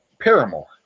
Paramore